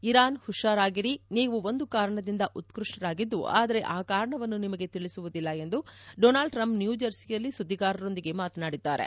Iran ಹುಷಾರಾಗಿರಿ ನೀವು ಒಂದು ಕಾರಣದಿಂದ ಉತ್ಪಷ್ಟರಾಗಿದ್ದು ಆದರೆ ಆ ಕಾರಣವನ್ನು ನಿಮಗೆ ತಿಳಿಸುವುದಿಲ್ಲ ಎಂದು ಡೋನಾಲ್ಡ್ ಟ್ರಂಪ್ ನ್ಯೂಜೆರ್ಸಿಯಲ್ಲಿ ಸುದ್ವಿಗಾರರೊಂದಿಗೆ ಮಾತನಾಡಿದ್ದಾರೆ